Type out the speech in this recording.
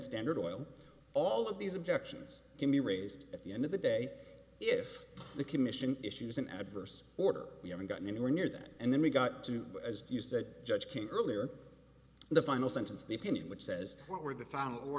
standard oil all of these objections can be raised at the end of the day if the commission issues an adverse order we haven't gotten anywhere near that and then we got to as you said judge came earlier the final sentence the opinion which says what were the final or